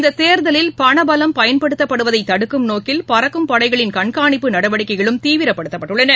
இந்ததேர்தலில் பணபலம் பயன்படுத்தப்படுவதைதடுக்கும் நோக்கில் பறக்கும் படைகளின் கண்காணிப்பு நடவடிக்கைகளும் தீவிரப்படுத்தப்பட்டுள்ளன